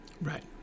Right